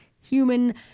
Human